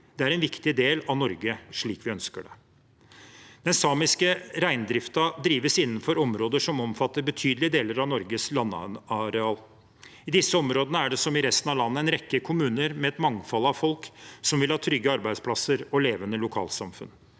Det er en viktig del av Norge slik vi ønsker det. Den samiske reindriften drives innenfor områder som omfatter betydelige deler av Norges landareal. I disse områdene er det, som i resten av landet, en rekke kommuner med et mangfold av folk som vil ha trygge arbeidsplasser og levende lokalsamfunn.